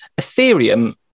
Ethereum